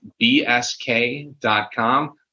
bsk.com